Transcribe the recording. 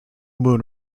moon